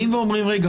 באים ואומרים: רגע,